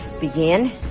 Begin